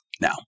Now